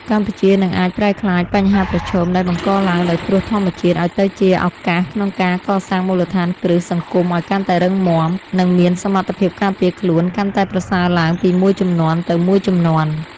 កម្ពុជានឹងអាចប្រែក្លាយបញ្ហាប្រឈមដែលបង្កឡើងដោយគ្រោះធម្មជាតិ ឱ្យទៅជាឱកាសក្នុងការកសាងមូលដ្ឋានគ្រឹះសង្គមឱ្យកាន់តែរឹងមាំ និងមានសមត្ថភាពការពារខ្លួនកាន់តែប្រសើរឡើងពីមួយជំនាន់ទៅមួយជំនាន់។